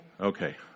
Okay